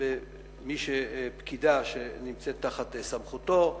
ופקידה שנמצאת תחת סמכותו,